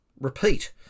repeat